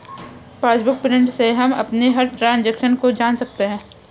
passbook print से हम अपनी हर ट्रांजेक्शन को जान सकते है